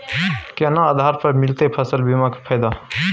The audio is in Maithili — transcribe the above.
केना आधार पर मिलतै फसल बीमा के फैदा?